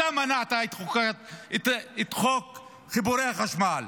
אתה מנעת את חוק חיבורי החשמל.